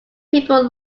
people